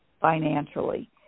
financially